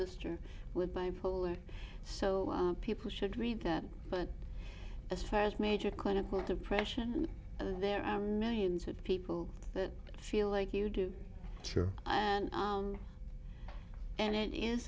sister with bipolar so people should read that but as far as major clinical depression there are millions of people that feel like you do and and it is